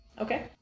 Okay